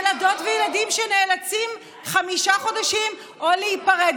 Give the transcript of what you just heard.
ילדות וילדים שנאלצים חמישה חודשים או להיפרד